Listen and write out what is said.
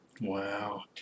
Wow